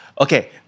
Okay